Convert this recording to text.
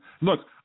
Look